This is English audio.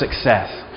success